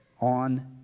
on